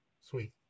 sweet